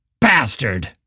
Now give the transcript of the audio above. bastard